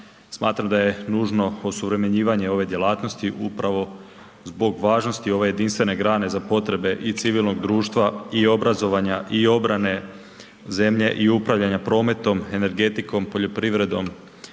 Smatram da je nužno osuvremenjivanje ove djelatnosti upravo zbog važnosti ove jedinstvene grane za potrebe i civilnog društva i obrazovanja i obrane zemlje i upravljanja prometom, energetikom, poljoprivredom